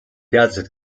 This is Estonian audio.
teadlased